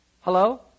Hello